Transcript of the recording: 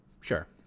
Sure